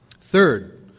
Third